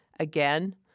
Again